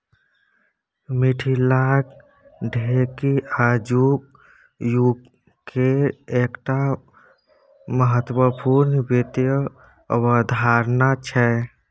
मिथिलाक ढेकी आजुक युगकेर एकटा महत्वपूर्ण वित्त अवधारणा छै